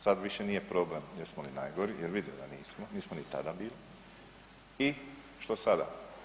Sad više nije problem jesmo li najgori jer vide da nismo, nismo ni tada bili i što sada?